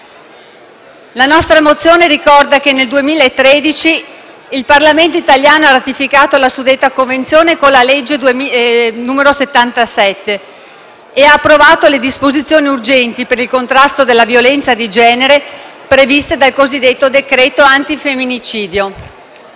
La nostra mozione ricorda che nel 2013 il Parlamento italiano ha ratificato la suddetta Convenzione con la legge n. 77 dello stesso anno e ha approvato le disposizioni urgenti per il contrasto alla violenza di genere previste dal cosiddetto decreto antifemminicidio